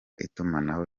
itumanaho